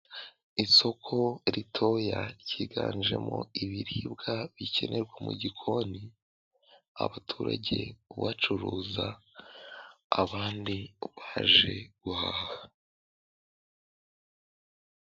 Isoko ritoya ryiganjemo ibiribwa bikenerwa mu gikoni abaturage bari kuhacuruza abandi baje guhaha.